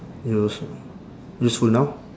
use~ useful now